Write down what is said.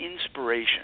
inspiration